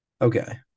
Okay